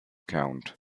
count